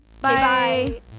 bye